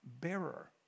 bearer